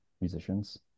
musicians